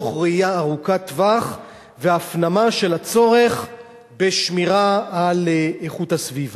מתוך ראייה ארוכת טווח והפנמה של הצורך בשמירה על איכות הסביבה.